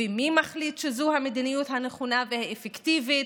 מי מחליט שזו המדיניות הנכונה והאפקטיבית?